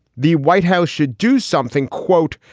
the white house should do something. quote,